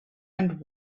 and